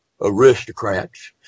aristocrats